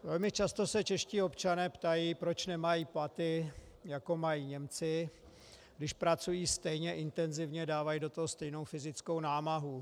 Velmi často se čeští občané ptají, proč nemají platy, jako mají Němci, když pracují stejně intenzivně, dávají do toho stejnou fyzickou námahu.